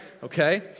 okay